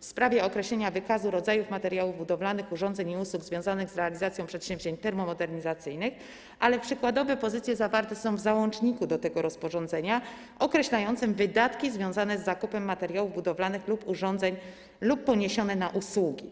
w sprawie określenia wykazu rodzajów materiałów budowlanych, urządzeń i usług związanych z realizacją przedsięwzięć termomodernizacyjnych, ale przykładowe pozycje zawarte są w załączniku do tego rozporządzenia określającym wydatki związane z zakupem materiałów budowlanych lub urządzeń lub poniesione na usługi.